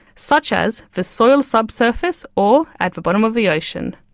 such as the soil subsurface or at the bottom of the ocean.